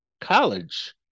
college